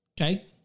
okay